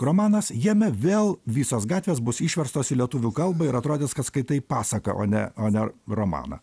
romanas jame vėl visos gatvės bus išverstos į lietuvių kalbą ir atrodys kad skaitai pasaką o ne o ne romaną